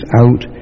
out